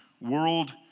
world